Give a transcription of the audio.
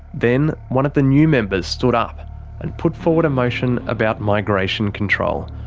then, one of the new members stood up and put forward a motion about migration control.